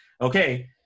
okay